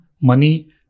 money